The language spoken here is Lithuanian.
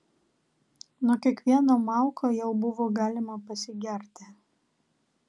nuo kiekvieno mauko jau buvo galima pasigerti